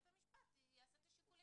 מקבל צו של בית משפט להשתמש בצילומים.